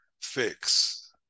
fix